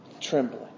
Trembling